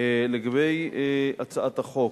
לגבי הצעת החוק,